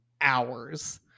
hours